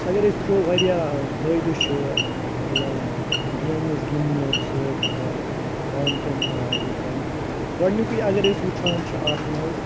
اَگر أسۍ وٕچھو واریاہ فٲیدٕ چھُ مِلان گیمٕز گِنٛدنہٕ سۭتۍ گامہٕ کٮ۪ن لُکَن گۄڈٕنیُکُے اَگر أسۍ وٕچھان چھِ اَتھ منٛز